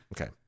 Okay